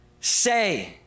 say